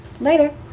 Later